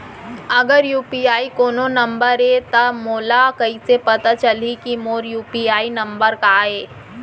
अगर यू.पी.आई कोनो नंबर ये त मोला कइसे पता चलही कि मोर यू.पी.आई नंबर का ये?